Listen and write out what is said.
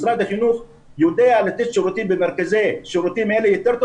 משרד החינוך יודע לתת שירותים במרכזי שירותים אלה יותר טוב